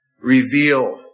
reveal